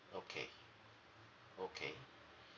okay okay